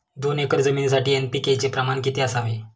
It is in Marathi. दोन एकर जमीनीसाठी एन.पी.के चे प्रमाण किती असावे?